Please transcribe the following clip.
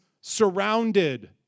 surrounded